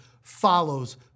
follows